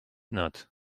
not